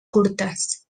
curtes